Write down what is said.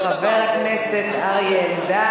חבר הכנסת אריה אלדד